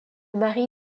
mari